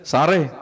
Sare